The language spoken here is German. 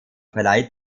verleiht